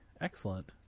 excellent